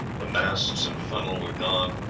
the masts and funnel were gone,